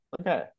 okay